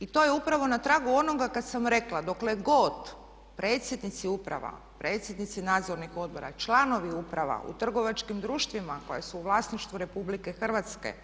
I to je upravo na tragu onoga kada sam rekla dokle god predsjednici uprava, predsjednici nadzornih odbora i članovi uprava u trgovačkim društvima koja su u vlasništvu Republike Hrvatske